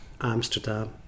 Amsterdam